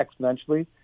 exponentially